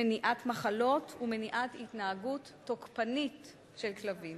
מניעת מחלות ומניעת התנהגות תוקפנית של כלבים.